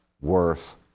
worth